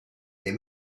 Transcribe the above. est